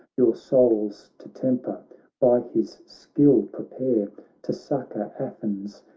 yoursouls to temper a by his skill prepare to succour athens,